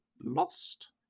lost